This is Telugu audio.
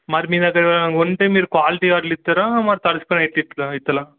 మరి మీ దగ్గర ఉంటే మీరు క్వాలిటీ ప్రకారం ఇస్తారా మరి ఎట్ట్ ఇస్తారా